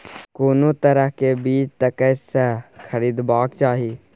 कोनो तरह के बीज कतय स खरीदबाक चाही?